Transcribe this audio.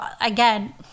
again